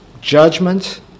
judgment